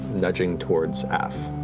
nudging towards af.